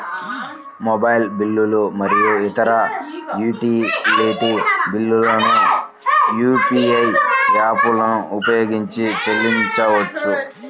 mobile బిల్లులు మరియు ఇతర యుటిలిటీ బిల్లులను యూ.పీ.ఐ యాప్లను ఉపయోగించి చెల్లించవచ్చు